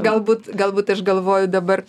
galbūt galbūt aš galvoju dabar